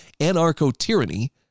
anarcho-tyranny